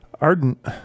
ardent